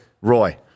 Roy